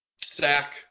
sack